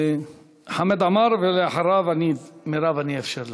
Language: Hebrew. חמד עמאר, ואחריו, מירב, אני אאפשר לך.